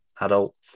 adult